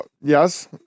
Yes